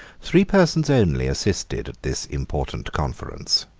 three persons only assisted at this important conference,